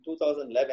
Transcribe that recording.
2011